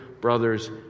brothers